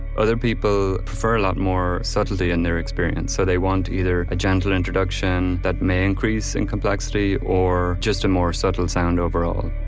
other people prefer a lot more subtlety in their experience. so they want either a gentle introduction that may increase in complexity or just a more subtle sound overall